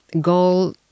goal